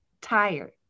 tired